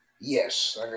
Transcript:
Yes